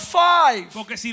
five